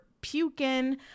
puking